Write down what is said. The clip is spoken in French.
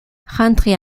rentré